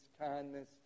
kindness